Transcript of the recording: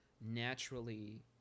naturally